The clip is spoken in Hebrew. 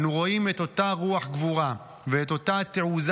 אנו רואים את אותה רוח גבורה ואת אותה תעוזה